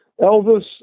Elvis